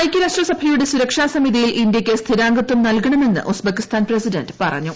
ഐകൃരാഷ്ട്രസഭയുടെ സുരക്ഷസ്മിതിയിൽ ഇന്ത്യയ്ക്ക് സ്ഥിരാംഗത്വം നൽകണമെന്ന് ഉസ്ബക്കിസ്ഥാൻ പ്രസിഡന്റ് പിറ്റഞ്ഞു